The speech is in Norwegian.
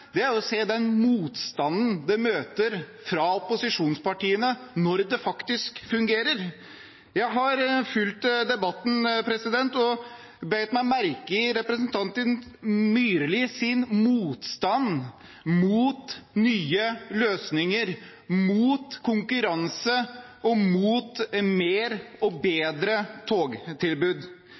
rart, er å se motstanden det møter fra opposisjonspartiene når det faktisk fungerer. Jeg har fulgt debatten og bet meg merke i representanten Myrlis motstand mot nye løsninger, mot konkurranse og mot flere og